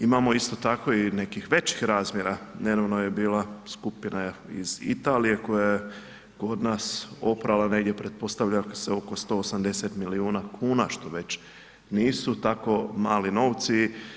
Imamo isto tako i nekih većih razmjera, nedavno je bila skupina iz Italije koja je kod nas oprala negdje pretpostavlja se oko 180 milijuna kuna, što već nisu tako mali novci.